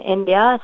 India